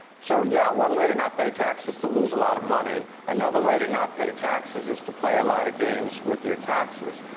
so yeah one way to not pay taxes, to lose a lot of money. another way to not play taxes is to play a lot of games with your taxes.